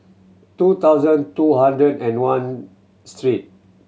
two thousand two hundred and one